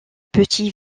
petit